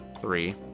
three